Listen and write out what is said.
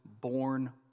born